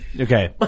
Okay